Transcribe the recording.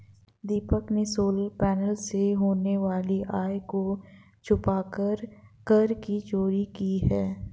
दीपक ने solar panel से होने वाली आय को छुपाकर कर की चोरी की है